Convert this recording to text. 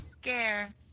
scare